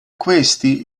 questi